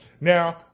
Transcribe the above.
Now